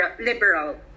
liberal